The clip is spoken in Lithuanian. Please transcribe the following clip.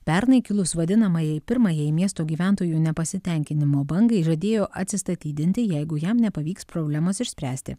pernai kilus vadinamajai pirmajai miesto gyventojų nepasitenkinimo bangai žadėjo atsistatydinti jeigu jam nepavyks problemas išspręsti